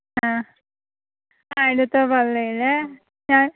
ആ ആ എടത്ത്വ പള്ളിയിലെ ഞാന്